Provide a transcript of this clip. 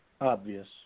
obvious